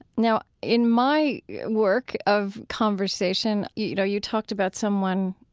now, in my work of conversation, you know, you talked about someone,